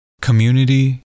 Community